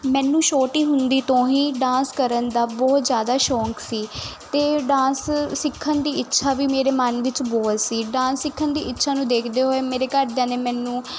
ਮੈਨੂੰ ਛੋਟੀ ਹੁੰਦੀ ਤੋਂ ਹੀ ਡਾਂਸ ਕਰਨ ਦਾ ਬਹੁਤ ਜ਼ਿਆਦਾ ਸ਼ੌਂਕ ਸੀ ਅਤੇ ਡਾਂਸ ਸਿੱਖਣ ਦੀ ਇੱਛਾ ਵੀ ਮੇਰੇ ਮਨ ਵਿੱਚ ਬਹੁਤ ਸੀ ਡਾਂਸ ਸਿੱਖਣ ਦੀ ਇੱਛਾ ਨੂੰ ਦੇਖਦੇ ਹੋਏ ਮੇਰੇ ਘਰਦਿਆਂ ਨੇ ਮੈਨੂੰ